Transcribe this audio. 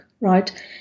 right